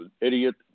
idiot